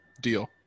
Deal